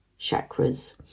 chakras